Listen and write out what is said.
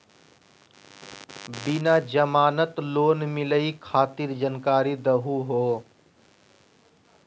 बिना जमानत लोन मिलई खातिर जानकारी दहु हो?